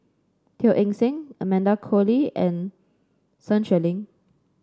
Teo Eng Seng Amanda Koe Lee and Sun Xueling